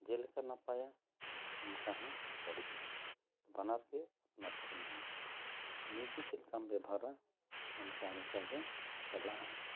ᱡᱮᱞᱮᱠᱟ ᱱᱟᱯᱟᱭᱟ ᱚᱱᱠᱟ ᱦᱚᱸ ᱵᱟᱹᱲᱤᱡᱼᱟ ᱵᱟᱱᱟᱨ ᱜᱮ ᱵᱟᱱᱟᱨ ᱴᱷᱮᱱ ᱜᱮ ᱱᱤᱡᱮ ᱪᱮᱫ ᱞᱮᱠᱟᱢ ᱵᱮᱵᱷᱟᱨᱟ ᱚᱱᱠᱟ ᱞᱮᱠᱟ ᱜᱮ ᱪᱟᱞᱟᱜᱼᱟ